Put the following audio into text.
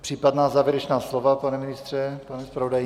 Případná závěrečná slova, pane ministře, pane zpravodaji?